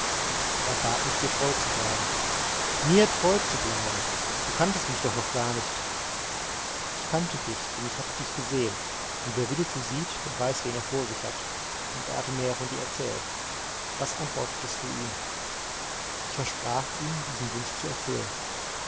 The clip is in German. er bat mich dir treu zu bleiben mir treu zu bleiben du kanntest mich doch noch gar nicht ich kannte dich denn ich hatte dich gesehen und wer winnetou sieht der weiß wen er vor sich hat und er hatte mir ja von dir erzählt was antwortetest du ihm ich versprach ihm diesen wunsch zu erfüllen